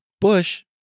Bush